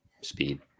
speed